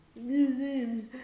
museums